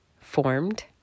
formed